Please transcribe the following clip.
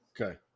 Okay